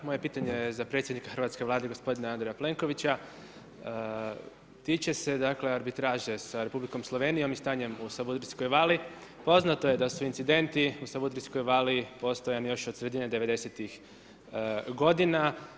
Moje pitanje je za predsjednika hrvatske Vlade gospodina Andreja Plenkovića, tiče se dakle arbitraže sa Republikom Slovenijom i stanjem u Savurdijskoj vali, poznato je da su incidenti u Savurdijskoj vali postojani još od sredine '90.-tih godina.